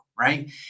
Right